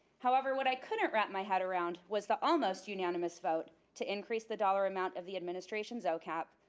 however, what i couldn't wrap my head around was the almost unanimous vote to increase the dollar amount of the administration zocap,